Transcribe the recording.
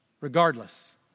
regardless